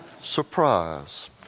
Surprise